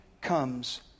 comes